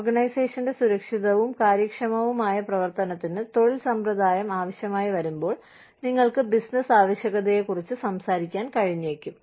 ഓർഗനൈസേഷന്റെ സുരക്ഷിതവും കാര്യക്ഷമവുമായ പ്രവർത്തനത്തിന് തൊഴിൽ സമ്പ്രദായം ആവശ്യമായി വരുമ്പോൾ നിങ്ങൾക്ക് ബിസിനസ്സ് ആവശ്യകതയെക്കുറിച്ച് സംസാരിക്കാൻ കഴിഞ്ഞേക്കും